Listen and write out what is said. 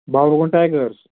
باغ وَن ٹٲیگٲرٕس